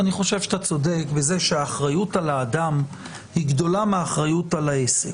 ואני חושב שאתה צודק בזה שהאחריות על האדם גדולה מהאחריות על העסק.